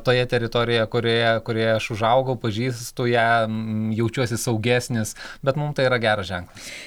toje teritorijoje kurioje kurioje aš užaugau pažįstu ją jaučiuosi saugesnis bet mum tai yra geras ženklas